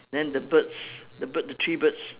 then the birds the bird the three birds